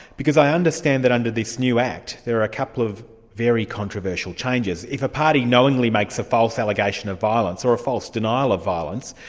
because i understand that under this new act, there are a couple of very controversial changes. if a party knowingly makes a false allegation of violence, or a false denial of violence,